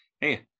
hey